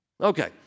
Okay